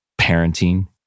parenting